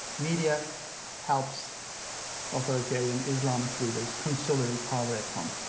media helps authoritarian islamist leaders consolidate power at home,